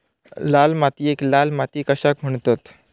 लाल मातीयेक लाल माती कशाक म्हणतत?